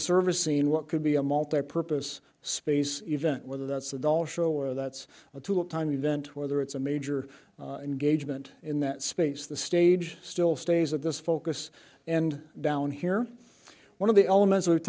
service seen what could be a multipurpose space event whether that's the dollar show or that's a tool time event whether it's a major and gauge moment in that space the stage still stays at this focus and down here one of the elements we